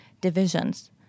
divisions